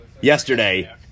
Yesterday